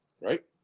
right